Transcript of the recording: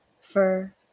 fur